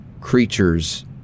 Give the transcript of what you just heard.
creatures